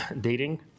dating